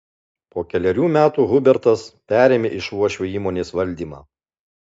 po kelerių metų hubertas perėmė iš uošvio įmonės valdymą